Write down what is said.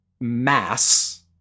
mass